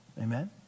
Amen